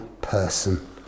person